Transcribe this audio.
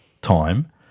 time